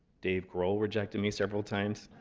dave grohl rejected me several times,